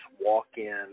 walk-in